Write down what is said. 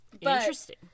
Interesting